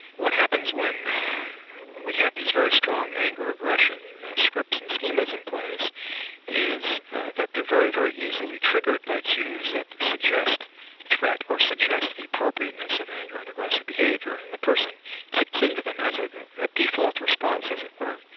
what happens when we have these very strong anger aggression scripts and schemas in place is that they are very, very easily triggered by cues that suggest threat or suggest the appropriateness of anger and aggressive behaviour. and the person kicks into them as like ah a default response as it were,